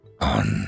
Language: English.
on